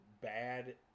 bad